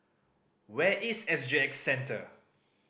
where is S G X Centre